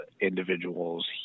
individuals